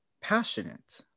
passionate